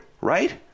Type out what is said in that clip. right